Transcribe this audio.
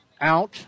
out